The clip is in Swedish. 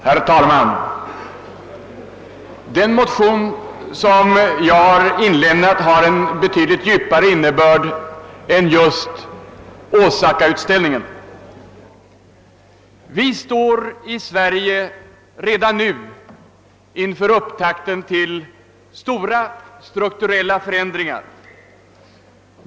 Herr talman! Den motion som jag väckt har en betydligt djupare innebörd än just Osakautställningen. Vi står i Sverige redan nu inför upptakten till stora strukturella förändringar.